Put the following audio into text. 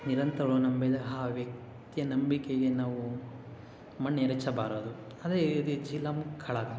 ನಿರಂತರವಾಗಿ ನಂಬಿದ ಆ ವ್ಯಕ್ತಿಯ ನಂಬಿಕೆಗೆ ನಾವು ಮಣ್ಣು ಎರಚಬಾರದು ಅದೇ ರೀತಿ ಝೇಲಂ ಕಾಳಗ